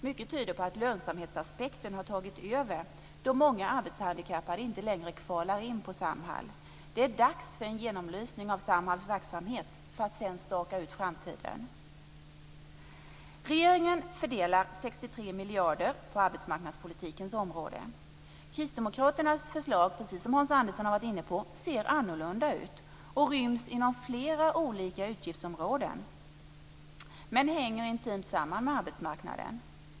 Mycket tyder på att lönsamhetsaspekten har tagit över, då många arbetshandikappade inte längre kvalar in på Samhall. Det är dags för en genomlysning av Samhalls verksamhet, för att sedan staka ut framtiden. Regeringen fördelar 63 miljarder på arbetsmarknadspolitikens område. Kristdemokraternas förslag ser annorlunda ut, precis som Hans Andersson har varit inne på. Det ryms inom flera olika utgiftsområden men hänger intimt samman med arbetsmarknaden.